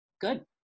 good